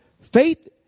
faith